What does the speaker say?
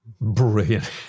Brilliant